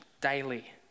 daily